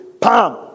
Pam